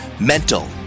mental